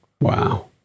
wow